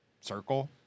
circle